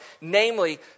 namely